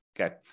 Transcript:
Okay